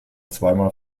zweimal